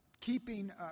keeping